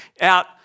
out